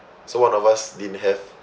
so one of us didn't have